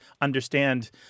understand